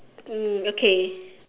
um okay